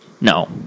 no